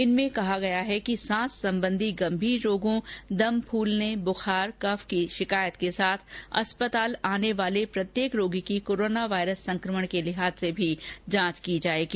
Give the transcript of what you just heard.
इनमें कहा गया है कि सांस संबंधी गंभीर रोगों दम फूलने बुखार और कफ की शिकायत के साथ अस्पताल आने वाले प्रत्येक रोगी की कोरोना वायरस संक्रमण के लिहाज से भी जांच की जाएगी